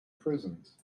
prisons